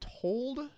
told